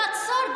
במצור,